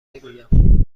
بگویم